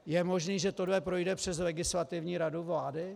Je možné, že tohle projde přes Legislativní radu vlády?